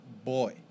Boy